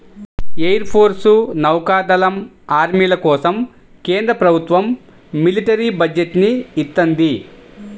air force, నౌకా దళం, ఆర్మీల కోసం కేంద్ర ప్రభుత్వం మిలిటరీ బడ్జెట్ ని ఇత్తంది